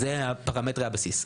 אלה פרמטרי הבסיס.